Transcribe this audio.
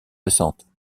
récente